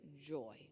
joy